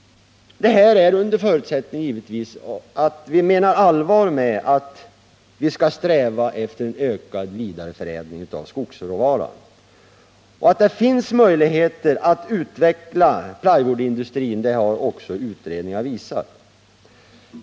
Detta är under förutsättning att vi menar allvar med strävan efter en vidareförädling av skogsråvaran. Att det finns möjligheter att utveckla plywoodindustrin har också utredningar visat.